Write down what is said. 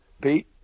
Pete